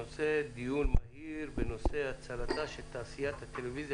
הנושא: דיון מהיר בנושא: "הצלתה של תעשיית הטלוויזיה